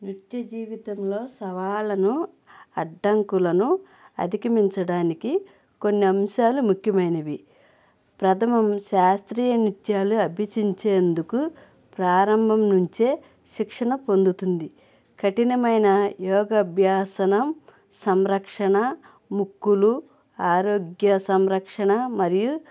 నిత్యజీవితంలో సవాళ్ళను అడ్డంకులను అధిగమించడానికి కొన్ని అంశాలు ముఖ్యమైనవి ప్రథమం శాస్త్రీయ నృత్యాలు అభ్యసించించేందుకు ప్రారంభం నుంచే శిక్షణ పొందుతుంది కఠినమైన యోగభ్యాసం సంరక్షణ ముక్కులు ఆరోగ్య సంరక్షణ మరియు